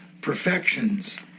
perfections